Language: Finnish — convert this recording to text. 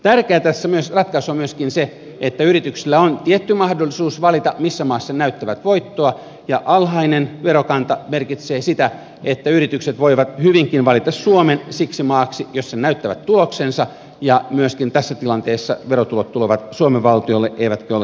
tärkeätä tässä ratkaisussa on myöskin se että yrityksillä on tietty mahdollisuus valita missä maassa ne näyttävät voittoa ja alhainen verokanta merkitsee sitä että yritykset voivat hyvinkin valita suomen siksi maaksi jossa ne näyttävät tuloksensa ja myöskin tässä tilanteessa verotulot tulevat suomen valtiolle eivätkä jollekin muulle valtiolle